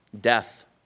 Death